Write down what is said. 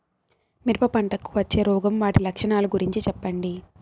మిరప పంటకు వచ్చే రోగం వాటి లక్షణాలు గురించి చెప్పండి?